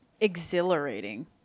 exhilarating